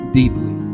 deeply